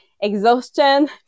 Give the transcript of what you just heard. exhaustion